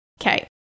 Okay